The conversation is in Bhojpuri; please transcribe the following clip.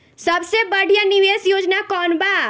सबसे बढ़िया निवेश योजना कौन बा?